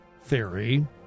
theory